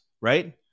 Right